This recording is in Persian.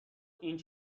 این